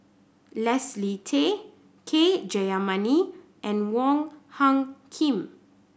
Leslie Tay K Jayamani and Wong Hung Khim